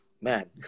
man